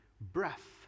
breath